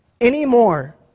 anymore